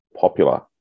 popular